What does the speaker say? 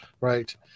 right